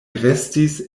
restis